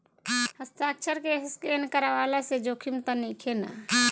हस्ताक्षर के स्केन करवला से जोखिम त नइखे न?